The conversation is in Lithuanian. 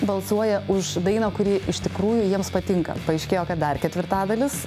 balsuoja už dainą kuri iš tikrųjų jiems patinka paaiškėjo kad dar ketvirtadalis